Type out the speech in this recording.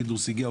פינדרוס הגיע,